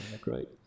great